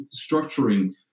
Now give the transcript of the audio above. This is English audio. structuring